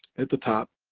at the top,